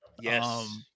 Yes